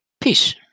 Peace